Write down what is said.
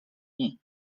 niej